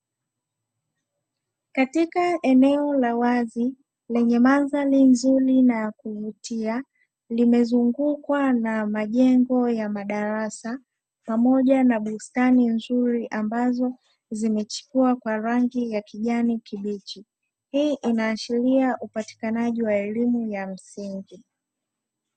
Katika eneo la wazi lenye mandhari nzuri na ya kuvutia, limezungukwa na majengo ya madarasa pamoja na bustani nzuri ambazo zimechipua kwa rangi ya kijani kibichi. Hii inaashiria upatikanaji wa elimu ya msingi.